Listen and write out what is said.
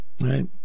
right